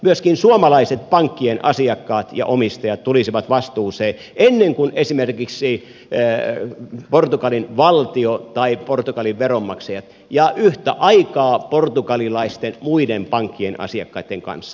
myöskin suomalaiset pankkien asiakkaat ja omistajat tulisivat vastuuseen ennen kuin esimerkiksi portugalin valtio tai portugalin veronmaksajat ja yhtä aikaa portugalilaisten muiden pankkien asiakkaitten kanssa